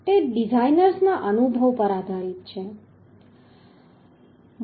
તે ડિઝાઇનર્સના અનુભવ પર આધારિત છે